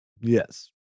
Yes